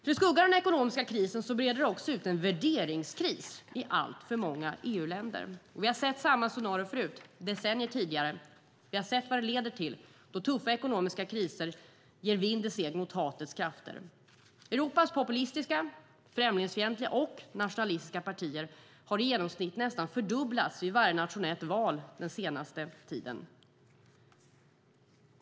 I skuggan av den ekonomiska krisen brer nämligen också en värderingskris ut sig i alltför många EU-länder. Vi har sett samma scenario förut, decennier tidigare. Vi har sett vad det leder till då tuffa ekonomiska kriser ger vind i seglen åt hatets krafter. Europas populistiska, främlingsfientliga och nationalistiska partier har i genomsnitt nästan fördubblats vid varje nationellt val den senaste tiden.